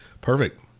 Perfect